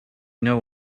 know